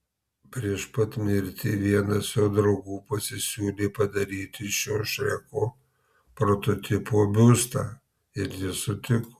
prieš pat mirtį vienas jo draugų pasisiūlė padaryti šio šreko prototipo biustą ir jis sutiko